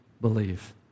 believe